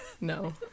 no